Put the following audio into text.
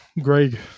greg